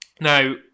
Now